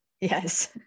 Yes